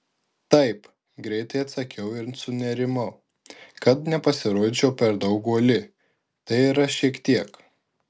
taip greitai atsakiau ir sunerimau kad nepasirodyčiau per daug uoli tai yra šiek tiek